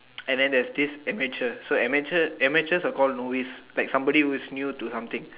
and then there's this amateur so amateur amateurs are called novice like somebody who is new to something